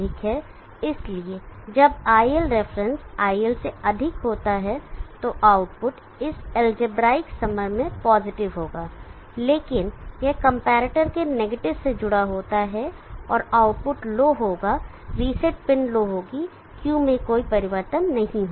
इसलिए जब iLref iL से अधिक होता है तो आउटपुट इस अलजेब्रिक समर में पॉजिटिव होगा लेकिन यह कंपैरेटर के नेगेटिव negative से जुड़ा होता है और आउटपुट output लो होगा reset pin reset pin low होगी Q में कोई परिवर्तन नहीं होगा